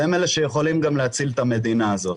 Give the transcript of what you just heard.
והם אלה שגם יכולים להציל את המדינה הזאת.